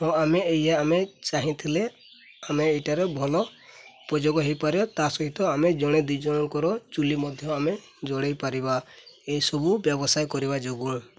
ହଁ ଆମେ ଏଇ ଆମେ ଚାହିଁଥିଲେ ଆମେ ଏଇଟାରେ ଭଲ ଉପଯୋଗ ହେଇପାରିବା ତା ସହିତ ଆମେ ଜଣେ ଦୁଇ ଜଣଙ୍କର ଚୁଲି ମଧ୍ୟ ଆମେ ଜଡ଼ାଇ ପାରିବା ଏସବୁ ବ୍ୟବସାୟ କରିବା ଯୋଗୁଁ